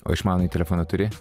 o išmanųjį telefoną turi